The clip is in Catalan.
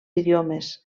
idiomes